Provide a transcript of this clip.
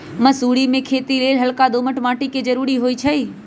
मसुरी कें खेति लेल हल्का दोमट माटी के जरूरी होइ छइ